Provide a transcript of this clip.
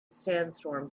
sandstorm